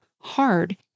hard